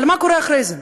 אבל מה קורה אחרי זה?